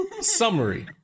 Summary